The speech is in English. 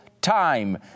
time